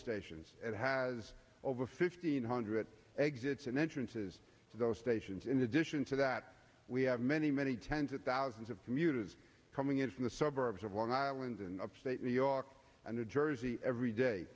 stations and has over fifteen hundred exits and entrances to those stations in addition to that we have many many tens of thousands of commuters coming in from the suburbs of one island in upstate new york and new jersey every day